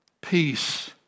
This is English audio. Peace